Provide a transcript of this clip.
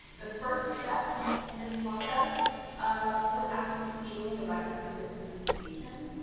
the first step in this process ah was actually sealing the records of this investigation.